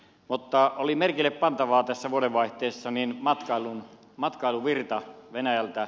mutta merkille pantavaa oli vuodenvaihteessa matkailuvirta venäjältä